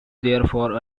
therefore